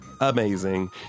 amazing